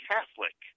Catholic